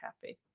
happy